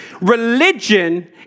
Religion